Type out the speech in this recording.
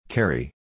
Carry